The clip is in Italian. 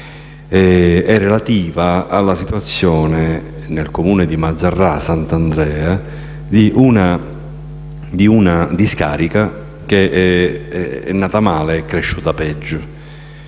relativa alla situazione, nel Comune di Mazzarrà Sant'Andrea, di una discarica che è nata male ed è cresciuta peggio.